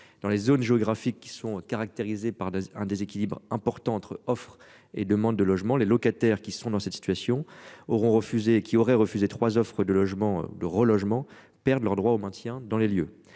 dans les zones géographiques qui sont caractérisés par un déséquilibre important entre offre et demande de logement, les locataires qui sont dans cette situation auront refusé et qui aurait refusé 3 offres de logements de relogement perdent leur droit au maintien dans les lieux.